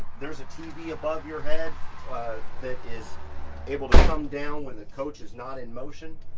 there's a tv above your head that is able to come down when the coach is not in motion,